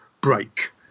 break